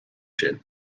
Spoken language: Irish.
sin